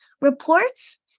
reports